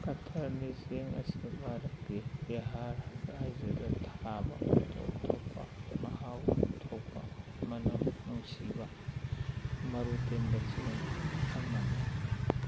ꯀꯥꯇꯔꯅꯤ ꯆꯦꯡ ꯑꯁꯤ ꯚꯥꯔꯠꯀꯤ ꯕꯤꯍꯥꯔ ꯔꯥꯏꯖ꯭ꯌꯥꯗ ꯊꯥꯕ ꯇꯣꯞ ꯇꯣꯞꯄ ꯃꯍꯥꯎ ꯊꯣꯛꯄ ꯃꯅꯝ ꯅꯨꯡꯁꯤꯕ ꯃꯔꯨ ꯇꯦꯟꯕ ꯆꯦꯡ ꯑꯃꯅꯤ